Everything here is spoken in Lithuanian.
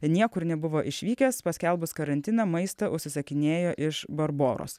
niekur nebuvo išvykęs paskelbus karantiną maistą užsisakinėjo iš barboros